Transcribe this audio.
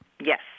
Yes